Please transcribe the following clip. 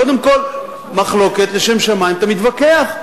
קודם כול, מחלוקת לשם שמים, אתה מתווכח.